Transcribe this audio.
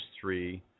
three